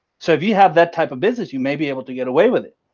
so if you have that type of business, you may be able to get away with it.